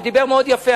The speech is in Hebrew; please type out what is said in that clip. ודיבר מאוד יפה,